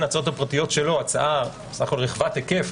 ההצעות הפרטיות שלו הצעה רחבת היקף,